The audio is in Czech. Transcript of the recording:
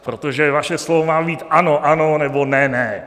Protože vaše slovo má být ano, ano, nebo ne, ne.